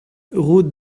route